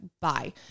bye